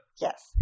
Yes